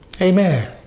Amen